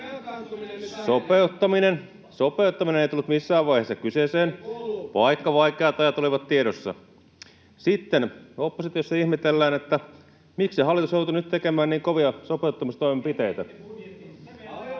Sopeuttaminen ei tullut missään vaiheessa kyseeseen, [Joona Räsänen: En kuullut!] vaikka vaikeat ajat olivat tiedossa. Sitten oppositiossa ihmetellään, miksi hallitus joutuu nyt tekemään niin kovia sopeuttamistoimenpiteitä.